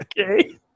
Okay